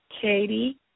Katie